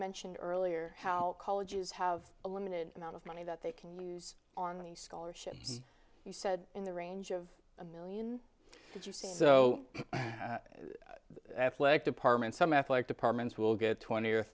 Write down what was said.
mentioned earlier how colleges have a limited amount of money that they can use on the scholarship he said in the range of a million so athletic departments some athletic departments will get twenty or